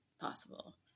possible